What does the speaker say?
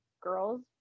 girl's